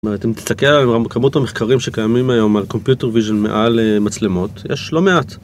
אם אתה תסתכל על כמות המחקרים שקיימים היום על computer vision מעל מצלמות, יש לא מעט.